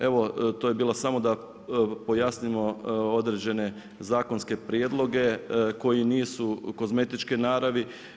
Evo to je bilo samo da pojasnimo određene zakonske prijedloge koji nisu kozmetičke naravi.